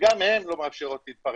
שגם הן לא מאפשרות להתפרנס,